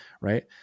right